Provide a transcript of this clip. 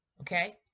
okay